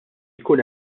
jkun